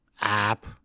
app